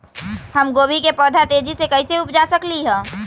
हम गोभी के पौधा तेजी से कैसे उपजा सकली ह?